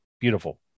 beautiful